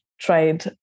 trade